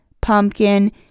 pumpkin